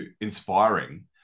inspiring